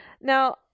now